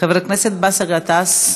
חבר הכנסת באסל גטאס.